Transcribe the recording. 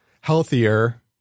healthier